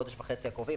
בחודש וחצי הקרובים,